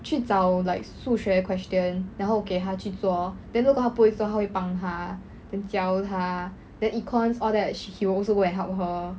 去找 like 数学 question 然后给她去做 then 如果她不会做他会帮她 then 教她 then econs all that he will also go and help her